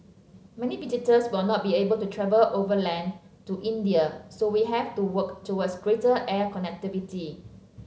many visitors will not be able to travel overland to India so we have to work towards greater air connectivity